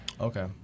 Okay